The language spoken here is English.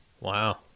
wow